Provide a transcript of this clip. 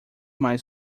mais